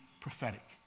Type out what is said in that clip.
prophetic